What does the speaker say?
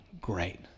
great